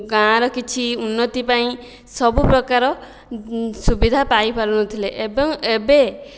ଗାଁ ର କିଛି ଉନ୍ନତି ପାଇଁ ସବୁ ପ୍ରକାର ସୁବିଧା ପାଇ ପାରୁନଥିଲେ ଏବଂ ଏବେ